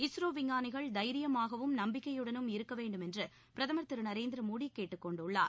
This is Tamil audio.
இஸ்ரோ விஞ்ஞானிகள் தைரியமாகவும் நம்பிக்கையுடனும் இருக்க வேண்டுமென்று பிரதமர் திரு நரேந்திர மோடி கேட்டுக் கொண்டுள்ளார்